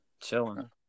Chilling